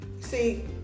See